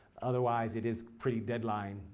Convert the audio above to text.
otherwise it is pretty deadline-oriented,